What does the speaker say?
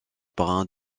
brun